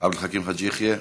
עבד אל חכים חאג' יחיא,